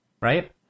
right